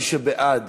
מי שבעד,